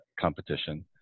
competition